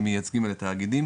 למייצגים ולתאגידים